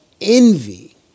envy